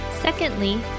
Secondly